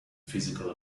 physical